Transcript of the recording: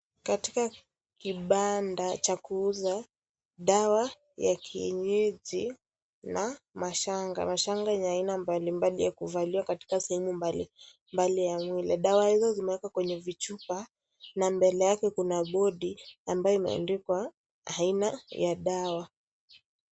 Katika kibanda cha kuuza dawa ya kienyeji, kuna mashanga, Mashanga ya aina mbalimbali ya kuvalia katika sehemu mbalimbali ya mwilli . Dawa hizo zimeekwa kwenye vichupa na mbele yake kuna bodi ambaye imeandikwa aina ya dawa.